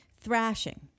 Thrashing